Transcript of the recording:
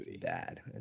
bad